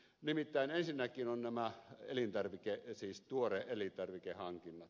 nimittäin ensinnäkin nämä tuore elintarvikehankinnat